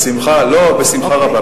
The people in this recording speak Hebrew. בשמחה רבה.